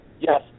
yes